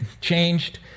changed